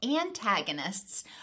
antagonists